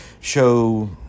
show